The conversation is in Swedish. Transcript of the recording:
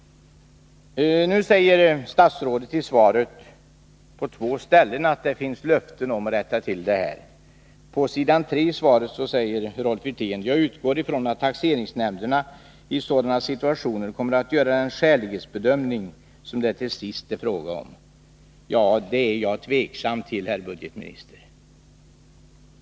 Nu säger statsrådet i svaret på två ställen att det finns löften om att man skall rätta till detta. Rolf Wirtén säger bl.a.: ”Jag utgår ifrån att taxeringsnämnderna i sådana situationer kommer att göra den skälighetsbedömning som det till sist är fråga om.” Det är jag tveksam till, herr budgetminister.